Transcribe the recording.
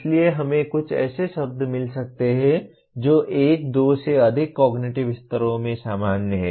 इसलिए हमें कुछ ऐसे शब्द मिल सकते हैं जो एक या दो से अधिक कॉग्निटिव स्तरों में सामान्य हैं